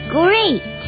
great